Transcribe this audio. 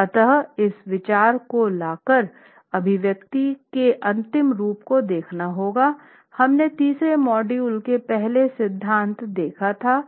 अतः इस विचार को लाकर अभिव्यक्ति के अंतिम रूप को देखना होगा हमने तीसरे मॉड्यूल के पहले सिद्धांत देखा था